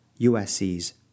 USC's